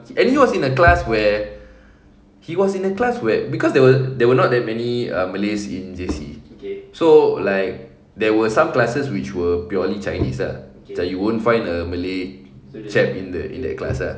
and he was in a class where he was in a class where cause there were there were not that many uh malays in J_C so like there were some classes which were purely chinese lah macam you won't find a malay chap in the in that class ah